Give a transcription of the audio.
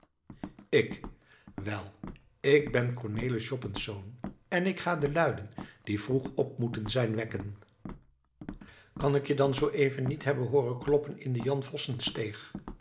ik wel ik ben cornelis joppensz en ik ga de luiden die vroeg op moeten zijn wekken kan ik je dan zoo even niet hebben hooren kloppen in de jan vossen steeg